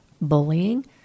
bullying